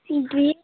বিয়ে